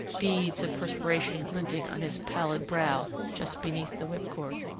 beads of perspiration glinting on his pallid brow just beneath the whipcord.